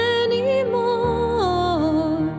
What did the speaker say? anymore